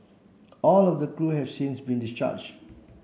all of the crew have since been discharge